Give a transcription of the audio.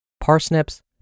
parsnips